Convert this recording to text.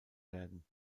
werden